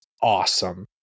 awesome